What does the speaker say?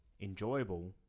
enjoyable